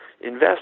invest